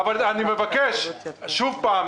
אני מבקש שוב פעם,